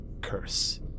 Curse